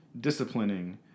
disciplining